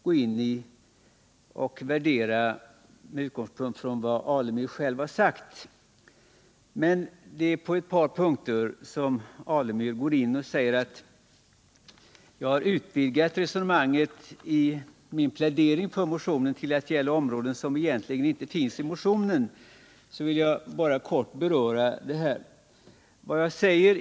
Stig Alemyr säger emellertid att jag i pläderingen för min motion utvidgade resonemanget till att gälla områden som egentligen inte berörs i motionen.